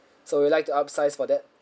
so would you like to upsize for that